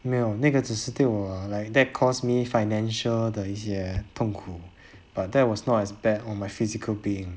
没有那个只是对我 like that cost me financial 的一些痛苦 but that was not as bad on my physical being